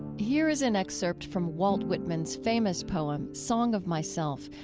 here is an excerpt from walt whitman's famous poem, song of myself,